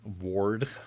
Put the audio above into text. ward